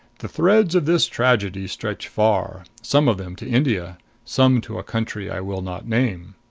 the threads of this tragedy stretch far some of them to india some to a country i will not name.